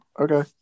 okay